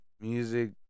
music